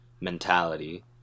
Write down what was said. mentality